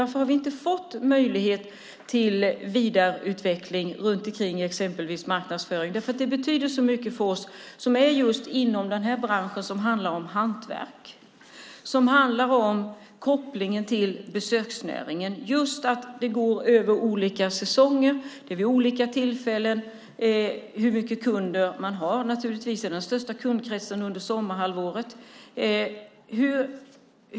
Varför har vi inte fått möjlighet till vidareutveckling när det gäller exempelvis marknadsföring? Det betyder mycket för oss som är i den här branschen som handlar om hantverk, som handlar om kopplingen till besöknäringen och just går över olika säsonger. Hur mycket kunder man har varierar mellan olika tillfällen. Naturligtvis har man den största kundkretsen under sommarhalvåret.